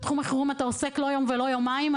בתחום החירום אתה עוסק לא יום ולא יומיים.